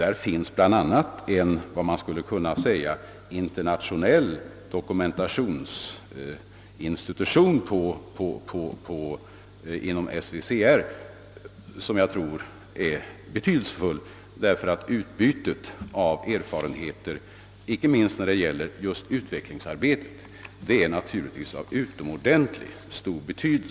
Det finns inom SVCR en internationell dokumentationsinstitution som jag tror är betydelsefull. Utbytet av erfarenheter, icke minst när det gäller utvecklingsarbetet, är naturligtvis av utomordentligt stort värde.